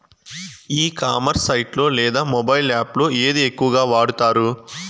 E commerce site లో లేదా mobile app లో ఏది ఎక్కువగా వాడుతారు?